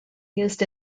used